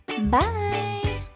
Bye